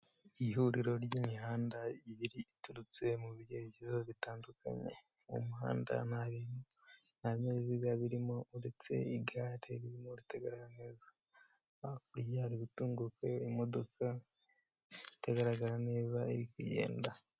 Ihuriro ry'imihanda ibiri iturutse mu byerekezo bitandukanye mu muhanda nta bintu nta binyabiziga birimo uretse igare ririmo ritagaragara neza hakurya hari gutunguka imodoka itagaragara neza iri kugenda.